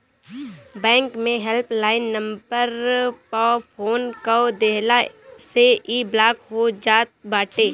bank के helpline number पअ phone कअ देहला से इ ब्लाक हो जात बाटे